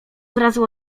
zrazu